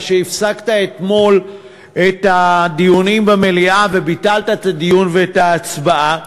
על שהפסקת אתמול את הדיונים במליאה וביטלת את הדיון ואת ההצבעה.